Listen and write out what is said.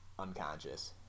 unconscious